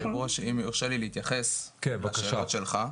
אם יורשה לי להתייחס לשאלות שלך.